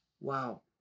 Wow